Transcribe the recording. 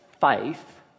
faith